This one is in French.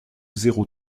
zéro